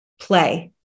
play